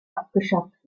abgeschafft